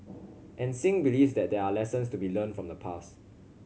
and Singh believes that there are lessons to be learnt from the past